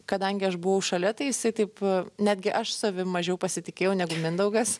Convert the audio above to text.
kadangi aš buvau šalia tai jisai taip netgi aš savimi mažiau pasitikėjau negu mindaugas